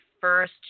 first